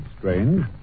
Strange